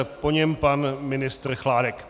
Po něm pan ministr Chládek.